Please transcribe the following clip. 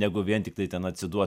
negu vien tiktai ten atsiduot